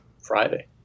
Friday